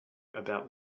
about